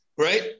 Right